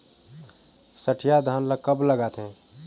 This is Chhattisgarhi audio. सठिया धान ला कब लगाथें?